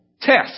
Test